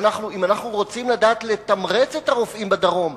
אם אנחנו רוצים לדעת לתמרץ את הרופאים בדרום,